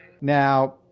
Now